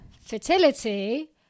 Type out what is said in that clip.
fertility